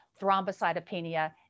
thrombocytopenia